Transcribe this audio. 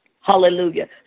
hallelujah